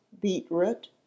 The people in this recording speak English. beetroot